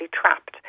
trapped